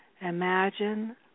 imagine